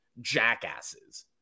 jackasses